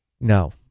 No